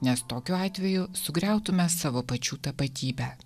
nes tokiu atveju sugriautume savo pačių tapatybę